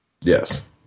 Yes